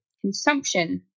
consumption